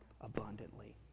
abundantly